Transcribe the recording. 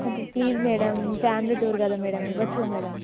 కొంచెం please madam family tour కదా madam ఇవ్వచ్చుగా మేడమ్